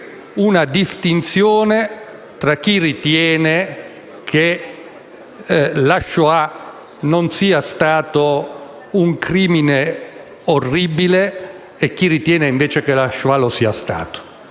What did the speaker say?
un dibattito tra chi ritenga che la Shoah non sia stata un crimine orribile e chi ritiene invece che lo sia stata.